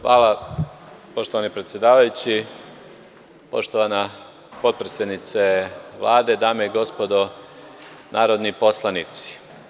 Hvala, poštovani predsedavajući, poštovana potpredsednice Vlade, dame i gospodo narodni poslanici.